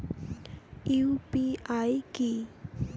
UPI কি?